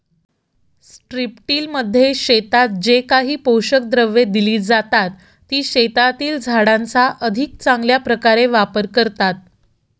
स्ट्रिपटिलमध्ये शेतात जे काही पोषक द्रव्ये दिली जातात, ती शेतातील झाडांचा अधिक चांगल्या प्रकारे वापर करतात